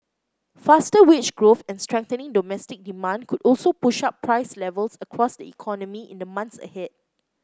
faster wage growth and strengthening domestic demand could also push up price levels across the economy in the months ahead